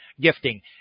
gifting